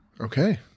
okay